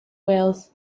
wales